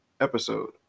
episode